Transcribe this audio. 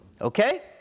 Okay